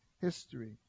history